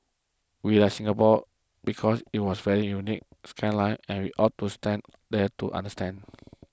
we like Singapore because it was very unique skyline and we to stand there to understand